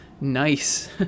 nice